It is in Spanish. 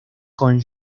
con